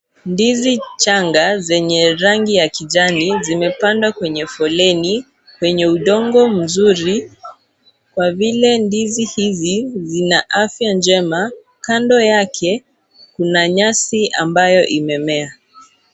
Ndizi changa zenye rangi ya kijani zimepandwa kwenye foleni kwenye udongo mzuri kwa vile ndizi hizi zina afya njema, kando yake kuna nyasi ambayo imemea.